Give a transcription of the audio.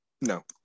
No